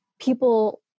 people